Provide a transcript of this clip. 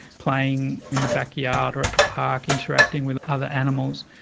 playing in the backyard or at the park, interacting with other animals,